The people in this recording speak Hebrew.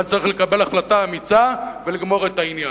כאן צריך לקבל החלטה אמיצה ולגמור את העניין.